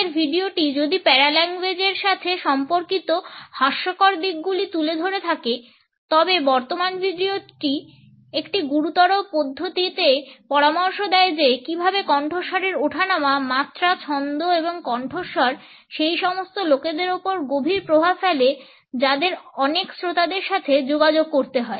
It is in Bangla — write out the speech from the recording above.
আগের ভিডিওটি যদি প্যারাল্যাঙ্গুয়েজের সাথে সম্পর্কিত হাস্যকর দিকগুলি তুলে ধরে থাকে তবে বর্তমান ভিডিওটি একটি গুরুতর পদ্ধতিতে পরামর্শ দেয় যে কীভাবে কণ্ঠস্বরের ওঠানামা মাত্রা ছন্দ এবং কণ্ঠস্বর সেই সমস্ত লোকেদের উপর গভীর প্রভাব ফেলে যাদের অনেক শ্রোতাদের সাথে যোগাযোগ করতে হয়